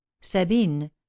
sabine